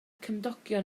cymdogion